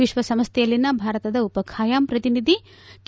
ವಿಶ್ವಸಂಸ್ವೆಯಲ್ಲಿನ ಭಾರತದ ಉಪಖಾಯಂ ಪ್ರತಿನಿಧಿ ಕೆ